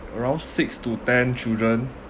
around six to ten children